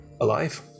alive